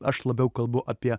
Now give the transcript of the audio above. aš labiau kalbu apie